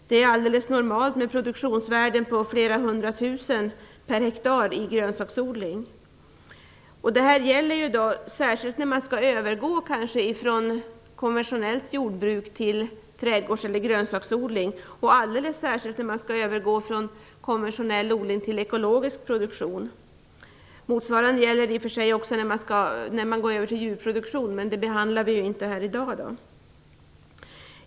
Det är helt normalt med produktionsvärden på flera hundratusen per hektar i grönsaksodling. Det här gäller kanske särskilt när man skall övergå från konventionellt jordbruk till trädgårds eller grönsaksodling. Det gäller i synnerhet när man skall övergå från konventionell odling till ekologisk produktion. Motsvarande gäller i och för sig också när man går över till djurproduktion, men det behandlar vi inte här i dag.